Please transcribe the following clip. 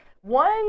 One